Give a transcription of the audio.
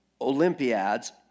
Olympiads